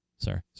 Sorry